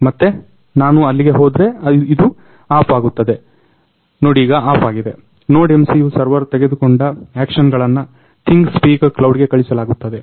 ಮತ್ತೆ ನಾನು ಅಲ್ಲಿಗೆ ಹೋದ್ರೆ ಇದು ಆಫ್ ಆಗುತ್ತದೆ ನೋಡೀಗ ಆಫ್ ಆಗಿದೆ NodeMCU ಸರ್ವರ್ ತೆಗೆದುಕೊಂಡ ಆಕ್ಷನ್ಗಳನ್ನ ಥಿಂಗ್ಸ್ಪೀಕ್ ಕ್ಲೌಡ್ಗೆ ಕಳಿಸಲಾಗುತ್ತದೆ